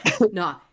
No